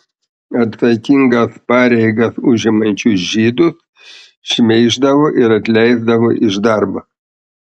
atsakingas pareigas užimančius žydus šmeiždavo ir atleisdavo iš darbo